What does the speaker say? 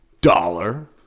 dollar